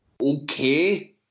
okay